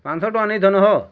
ପାଞ୍ଚଶହ ଟଙ୍କା ନେଇ ଜାନ ହ